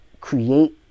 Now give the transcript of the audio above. create